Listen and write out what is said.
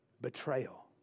betrayal